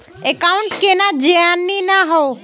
Account केना जाननेहव?